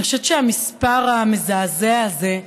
אני חושבת שהמספר המזעזע הזה,